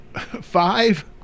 Five